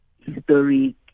historic